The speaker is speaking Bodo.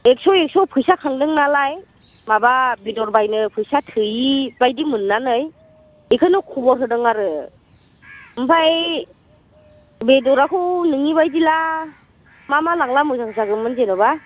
एक्स' एक्स' फैसा खांदों नालाय माबा बेदर बायनो फैसा थोयि बायदि मोननानै बेखौनो खबर होदों आरो ओमफ्राय बेदराखौ नोंनि बायदिब्ला मा मा लांबा मोजां जागौमोन जेन'बा